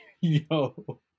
Yo